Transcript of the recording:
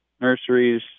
nurseries